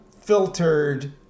filtered